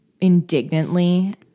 indignantly